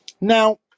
Now